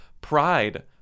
pride